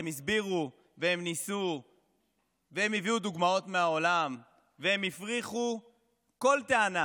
הם הסבירו והם ניסו והם הביאו דוגמאות מהעולם והם הפריכו כל טענה